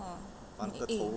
orh eh